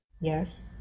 yes